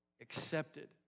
accepted